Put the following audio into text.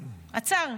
עצר.